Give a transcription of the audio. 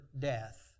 death